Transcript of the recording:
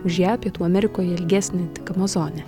už ją pietų amerikoje ilgesnė tik amazonė